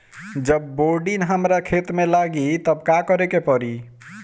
जब बोडिन हमारा खेत मे लागी तब का करे परी?